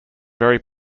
very